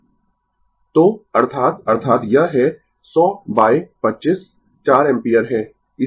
Refer Slide Time 3123 तो अर्थात अर्थात यह है 100 बाय 25 4 एम्पीयर है